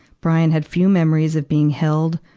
brian had few memories of being held,